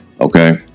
okay